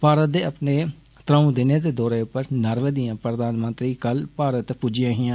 भारत दे अपने त्रंऊ दिनें दे दौरे उप्पर नारवे दियां प्रधानमंत्री कल भारत पुज्जियां हियां